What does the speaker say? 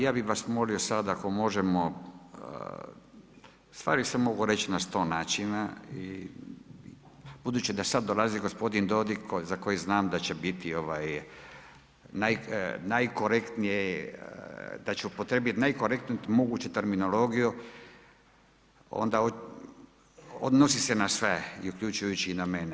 Ja bih vas molio sada ako možemo, stvari se mogu reći na 100 načina i budući da sada dolazi gospodin Dodig za kojega znam da će biti najkorektniji, da će upotrijebiti najkorektniju moguću terminologiju onda odnosi se na sve uključujući i na mene.